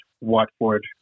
Watford